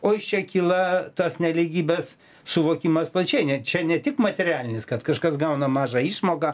o iš čia kyla tos nelygybės suvokimas plačiai ne čia ne tik materialinis kad kažkas gauna mažą išmoką